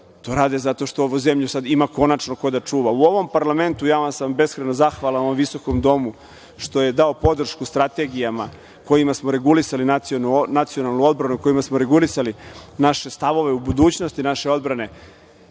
To rade zato što ovu zemlju sad ima konačno ko da čuva.U ovom parlamentu, ja sam beskrajno zahvalan ovom visokom domu što je dao podršku strategijama kojima smo regulisali nacionalnu odbranu, kojima smo regulisali naše stavove u budućnosti naše odbrane,